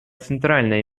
центральное